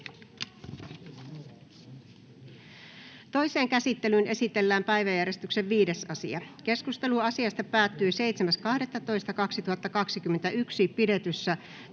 Toiseen käsittelyyn esitellään päiväjärjestyksen 4. asia. Keskustelu asiasta päättyi 7.12.2021 pidetyssä